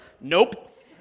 nope